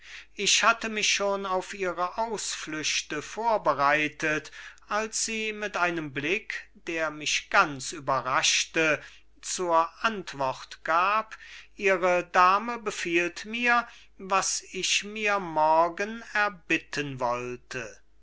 ich hatt mich schon auf ihre ausflüchte vorbereitet als sie mit einem blick der mich ganz überraschte zur antwort gab ihre dame befiehlt mir was ich mir morgen erbitten wollte